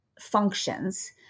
functions